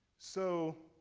so,